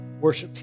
worship